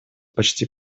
почти